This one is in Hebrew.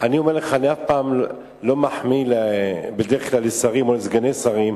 אני בדרך כלל לא מחמיא לשרים או לסגני שרים,